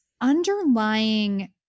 underlying